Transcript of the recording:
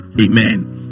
Amen